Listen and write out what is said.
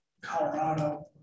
Colorado